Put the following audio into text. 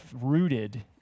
rooted